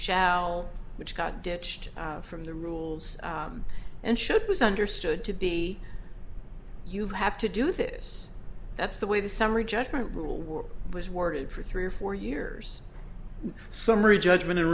shall which got ditched from the rules and should was understood to be you have to do this that's the way the summary judgment rule war was worded for three or four years summary judgment a